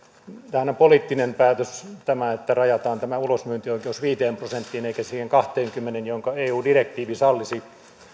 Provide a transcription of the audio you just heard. tämähän on poliittinen päätös että rajataan tämä ulosmyyntioikeus viiteen prosenttiin eikä siihen kahteenkymmeneen jonka eu direktiivi sallisi